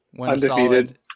undefeated